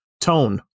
tone